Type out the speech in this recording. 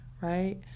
right